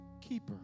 keeper